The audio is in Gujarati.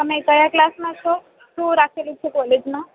તમે કયા ક્લાસમાં છો શું રાખેલું છે કોલેજમાં